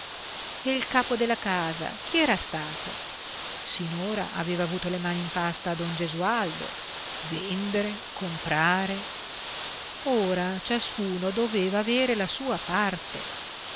e il capo della casa chi era stato sinora aveva avuto le mani in pasta don gesualdo vendere comprare ora ciascuno doveva avere la sua parte